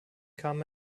kam